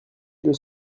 deux